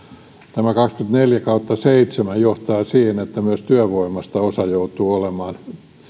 tämä kaksikymmentäneljä kautta seitsemän johtaa siihen että myös osa työvoimasta joutuu olemaan työssä